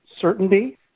certainty